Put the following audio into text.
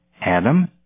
Adam